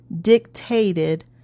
dictated